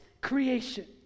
creation